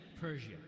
Persia